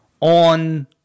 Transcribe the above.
On